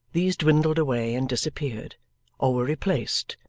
these dwindled away and disappeared or were replaced,